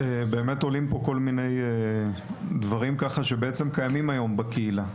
באמת עולים פה כל מיני דברים שבעצם קיימים היום בקהילה,